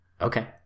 Okay